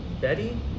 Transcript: Betty